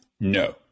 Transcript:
no